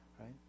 right